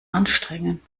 anstrengen